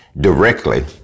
directly